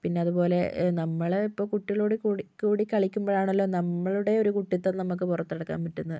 പിന്നെ അതുപോലെ നമ്മൾ ഇപ്പോൾ കുട്ടികളോട് കൂടി കൂടി കളിക്കുമ്പോഴാണല്ലോ നമ്മളുടെ ഒരു കുട്ടിത്തം നമുക്ക് പുറത്ത് എടുക്കാൻ പറ്റുന്നത്